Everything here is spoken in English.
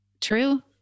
true